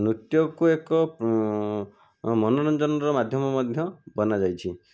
ନୃତ୍ୟକୁ ଏକ ମନୋରଞ୍ଜନର ମାଧ୍ୟମ ମଧ୍ୟ ବନାଯାଇଛି